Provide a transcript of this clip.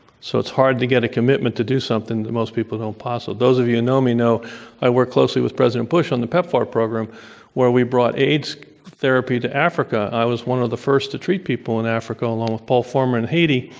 so it's hard to get a commitment to do something that most people don't possibly those of you and know me know i worked closely with president bush on the pepfar program where we brought aids therapy to africa. i was one of the first to treat people in africa along with paul foreman in haiti,